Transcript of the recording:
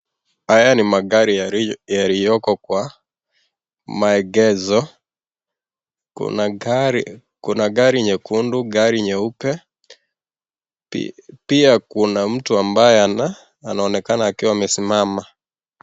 Haya ni magari yaliyoko kwa maegesho, kuna gari nyekundu, gari nyeupe, pia kuna mtu ambaye anaonekana akiwa amesimama.